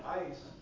ice